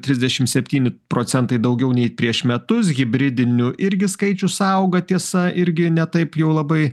trisdešim septyni procentai daugiau nei prieš metus hibridinių irgi skaičius auga tiesa irgi ne taip jau labai